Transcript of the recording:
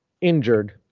injured